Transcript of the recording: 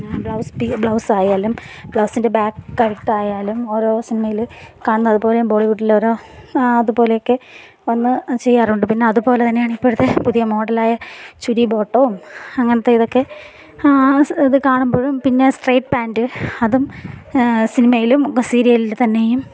blouse blouse ആയാലും ബ്ലൗസിൻ്റെ back കഴുത്തായാലും ഓരോ സിനിമേൽ കാണുന്നത് പോലെ ബോളിവുഡിൽ ഒരോ അതുപോലെ ഒക്കെ ഒന്ന് ചെയ്യാറുണ്ട് പിന്നെ അതുപോലെ തന്നെയാണ് ഇപ്പോഴത്തെ പുതിയ മോഡൽ ആയ ചുരീ ബോട്ടോമ് അങ്ങനെത്തെ ഇതൊക്കെ ഇത് കാണുമ്പഴും പിന്നെ സ്ട്രൈറ്റ് പാൻറ്റ് അതും സിനിമേലും സീരിയലിൽ തന്നെയും